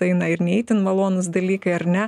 eina ir ne itin malonūs dalykai ar ne